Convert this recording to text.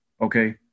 okay